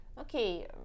okay